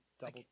double